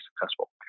successful